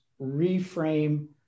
reframe